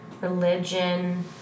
religion